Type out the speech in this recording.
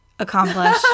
accomplish